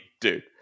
dude